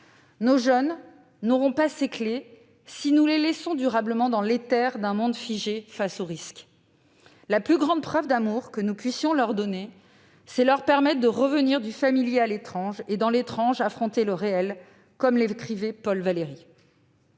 Nos jeunes ne disposeront pas de ces clefs si nous les laissons durablement dans l'éther d'un monde figé face au risque. La plus grande preuve d'amour que nous puissions leur donner est de leur permettre de « revenir du familier à l'étrange et, dans l'étrange, affronter le réel », comme l'écrivait Paul Valéry.